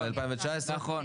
נכון.